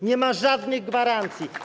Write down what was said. Nie ma żadnych gwarancji.